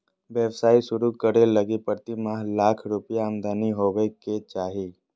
व्यवसाय शुरू करे लगी प्रतिमाह लाख रुपया आमदनी होबो के चाही